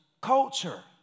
culture